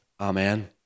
Amen